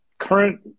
Current